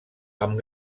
amb